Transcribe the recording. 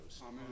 Amen